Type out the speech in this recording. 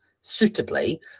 suitably